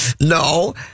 No